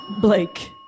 Blake